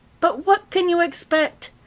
but what can you expect!